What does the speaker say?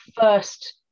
first